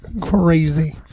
Crazy